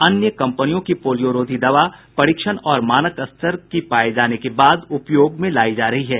अन्य कंपनियों की पोलियो रोधी दवा परीक्षण और मानक स्तर की पाई जाने के बाद उपयोग में लाई जा रही है